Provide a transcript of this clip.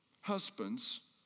Husbands